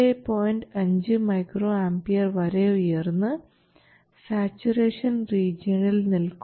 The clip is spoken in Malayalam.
5 µA വരെ ഉയർന്ന് സാച്ചുറേഷൻ റീജിയണിൽ നിൽക്കുന്നു